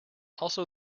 also